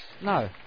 no